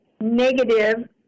negative